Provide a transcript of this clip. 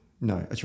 No